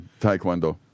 taekwondo